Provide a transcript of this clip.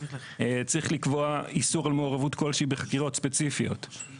צריך לקבוע איסור על מעורבות כלשהי בחקירות ספציפיות,